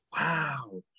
Wow